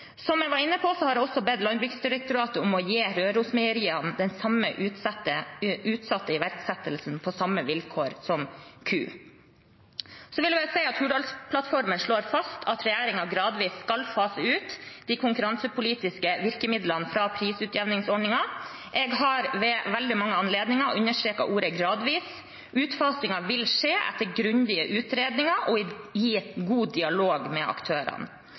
Som jeg var inne på, har jeg også bedt Landbruksdirektoratet om å gi Rørosmeieriet utsatt iverksettelse på samme vilkår som Q-Meieriene. Hurdalsplattformen slår fast at regjeringen gradvis skal fase ut de konkurransepolitiske virkemidlene fra prisutjevningsordningen. Jeg har ved veldig mange anledninger understreket ordet «gradvis». Utfasingen vil skje etter grundige utredninger og i god dialog med aktørene.